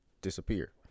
disappear